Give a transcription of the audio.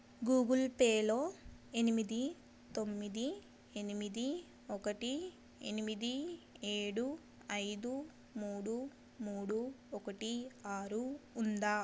Google పేలో ఎనిమిది తొమ్మిది ఎనిమిది ఒకటి ఎనిమిది ఏడు ఐదు మూడు మూడు ఒకటి ఆరు ఉందా